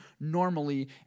normally